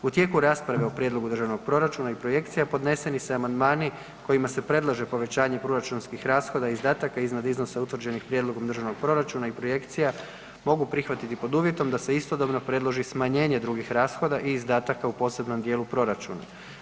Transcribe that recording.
U tijeku rasprave o prijedlogu Državnog proračuna i projekcija, podneseni se amandmani kojima se predlaže povećanje proračunskih rashoda i izdataka iznad iznosa utvrđenih Prijedlogom Državnog proračuna i projekcija mogu prihvatiti pod uvjetom da se istodobno predloži smanjenje drugih rashoda i izdataka u posebnom dijelu proračuna.